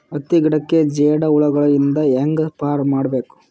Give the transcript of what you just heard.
ಹತ್ತಿ ಗಿಡಕ್ಕೆ ಜೇಡ ಹುಳಗಳು ಇಂದ ಹ್ಯಾಂಗ್ ಪಾರ್ ಮಾಡಬೇಕು?